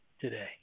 today